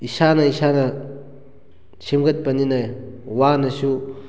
ꯏꯁꯥꯅ ꯏꯁꯥꯅ ꯁꯦꯝꯒꯠꯄꯅꯤꯅ ꯋꯥꯅꯁꯨ